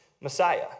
Messiah